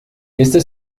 este